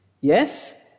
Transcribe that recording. Yes